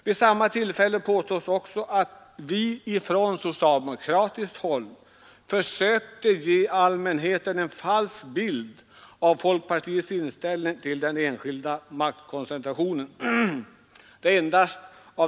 Vid samma tillfälle påstods också att vi från socialdemokratiskt håll försökte ge allmänheten en falsk bild av folkpartiets inställning till den enskilda maktkoncentrationen.